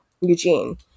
Eugene